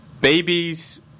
babies